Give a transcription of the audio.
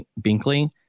Binkley